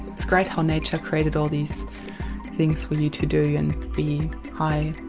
it's great how nature created all these things for you to do and be high